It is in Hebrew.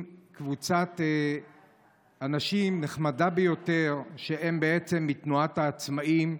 עם קבוצת אנשים נחמדה ביותר מתנועת העצמאים,